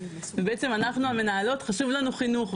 ובעצם אנחנו המנהלות חשוב לנו חינוך,